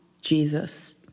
Jesus